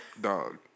Dog